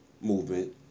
movement